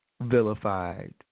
vilified